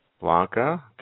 Blanca